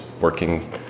working